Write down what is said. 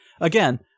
again